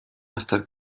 estat